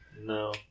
no